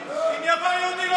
אין להם בעיה של יוחסין?